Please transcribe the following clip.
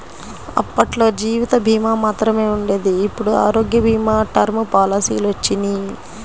అప్పట్లో జీవిత భీమా మాత్రమే ఉండేది ఇప్పుడు ఆరోగ్య భీమా, టర్మ్ పాలసీలొచ్చినియ్యి